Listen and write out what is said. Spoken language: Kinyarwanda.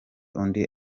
undi